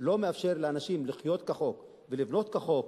ומי שלא מאפשר לאנשים לחיות כחוק ולבנות כחוק,